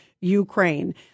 Ukraine